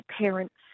parents